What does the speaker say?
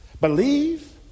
Believe